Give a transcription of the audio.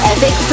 Epic